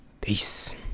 Peace